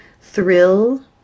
thrill